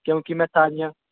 क्योंकि में सारियां